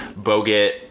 Bogut